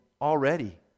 already